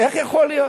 איך יכול להיות?